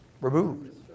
removed